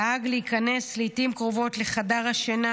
נהג להיכנס לעיתים קרובות לחדר השינה